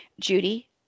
Judy